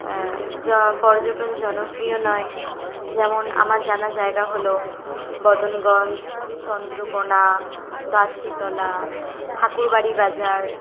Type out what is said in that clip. জ পর্যটন জনপ্রিয় নয় যেমন আমার জানা জায়গা হল বদনগঞ্জ চন্দ্রকোনা গাসিতলা ঠাকুরবাড়ি বাজার